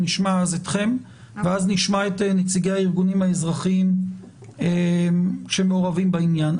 נשמע את המשטרה ואת נציגי הארגונים האזרחיים שמעורבים בעניין.